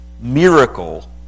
miracle